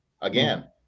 again